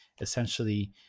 Essentially